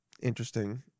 Interesting